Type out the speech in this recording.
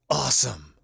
awesome